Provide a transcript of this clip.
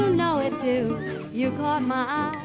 know it too you caught my eye,